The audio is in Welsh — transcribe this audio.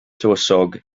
tywysog